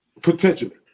potentially